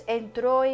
entró